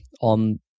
on